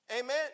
Amen